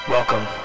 Welcome